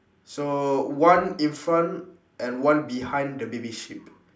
so one in front and one behind the baby sheep